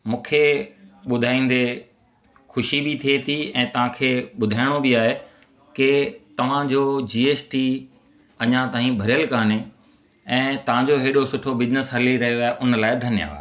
मूंखे ॿुधाईंदे खुशी बि थिए थी ऐं तव्हांखे ॿुधाइणो बि आहे की तव्हांजो जी एस टी अञा ताईं भरियल कोन्हे ऐं तव्हांजो एडो सुठो बिजनेस हली रहियो आहे उन लाइ धन्यवादु